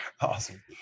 Awesome